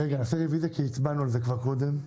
כי הצבענו על זה כבר קודם?